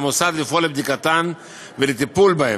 על המוסד לפעול לבדיקתן ולטיפול בהן,